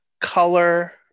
Color